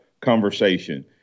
conversation